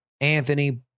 Anthony